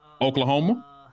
Oklahoma